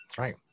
right